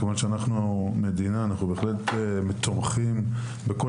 אנחנו מדינה ואנחנו בהחלט תומכים בכל